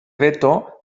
veto